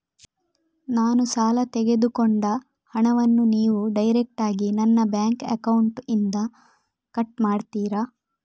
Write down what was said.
ನಾನು ಸಾಲ ತೆಗೆದುಕೊಂಡ ಹಣವನ್ನು ನೀವು ಡೈರೆಕ್ಟಾಗಿ ನನ್ನ ಬ್ಯಾಂಕ್ ಅಕೌಂಟ್ ಇಂದ ಕಟ್ ಮಾಡ್ತೀರಾ?